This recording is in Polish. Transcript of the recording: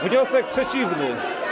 Wniosek przeciwny.